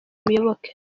muyoboke